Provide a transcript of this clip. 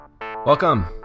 Welcome